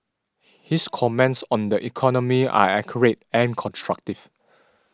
his comments on the economy are accurate and constructive